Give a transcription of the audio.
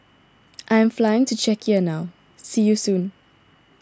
I am flying to Czechia now see you soon